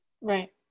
right